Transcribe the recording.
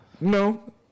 No